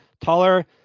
taller